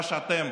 מה שאתם